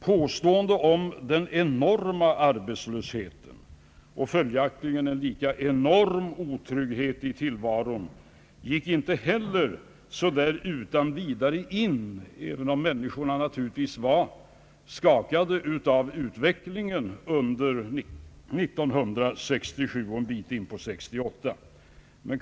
Påståendet om den enorma arbetslösheten, och följaktligen en lika enorm otrygghet i tillvaron, gick inte heller så där utan vidare in, även om människorna naturligtvis var skakade av utvecklingen under år 1967 och en bit in på år 1968.